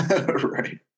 right